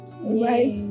right